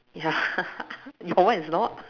ya your [one] is not